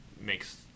makes